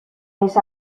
esa